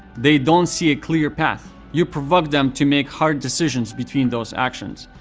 they don't see a clear path. you provoke them to make hard decisions between those actions.